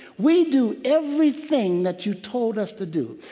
we do everything that you told us to do.